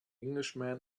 englishman